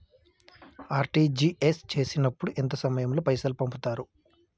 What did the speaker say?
RTGS చేసినప్పుడు ఎంత సమయం లో పైసలు పంపుతరు?